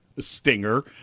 Stinger